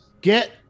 Get